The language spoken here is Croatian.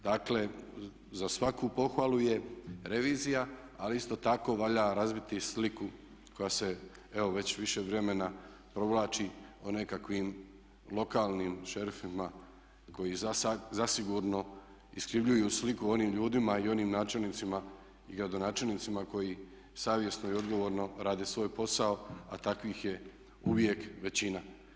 Dakle za svaku pohvalu je revizija ali isto tako valjda razviti i sliku koja se evo već više vremena provlači o nekakvim lokalnim šerifima koji zasigurno iskrivljuju sliku onim ljudima i onim načelnicima i gradonačelnicima koji savjesno i odgovorno rade svoj posao a takvih je uvijek većina.